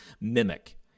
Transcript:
mimic